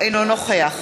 אינו נוכח